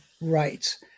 rights